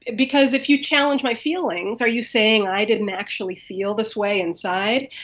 because if you challenge my feelings, are you saying i didn't actually feel this way inside?